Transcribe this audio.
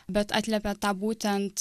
bet atliepė tą būtent